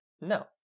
No